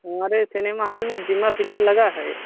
हमारे cinema hall में जिम्मा पिक्चर लगा है